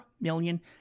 million